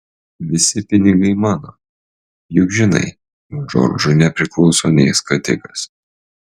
visi pinigai mano juk žinai džordžui nepriklauso nė skatikas